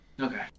Okay